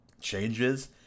changes